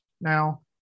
now